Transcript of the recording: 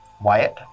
Wyatt